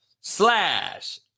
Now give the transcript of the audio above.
slash